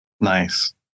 Nice